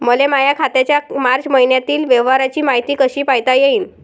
मले माया खात्याच्या मार्च मईन्यातील व्यवहाराची मायती कशी पायता येईन?